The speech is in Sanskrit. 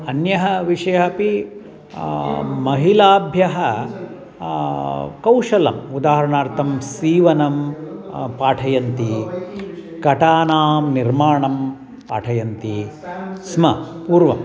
अन्यः विषयः अपि महिलाभ्यः कौशलम् उदाहरणार्थं सीवनं पाठयन्ति घटानां निर्माणं पाठयन्ति स्म पूर्वम्